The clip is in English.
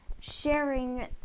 sharing